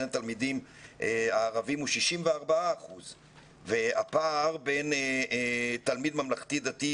התלמידים הערביים הוא 64% והפער בין תלמיד ממלכתי דתי